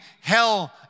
hell